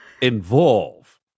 involve